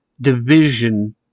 division